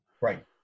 Right